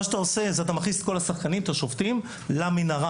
אתה מכניס את כל השחקנים והשופטים למנהרה